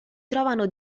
trovano